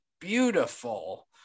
beautiful